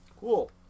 cool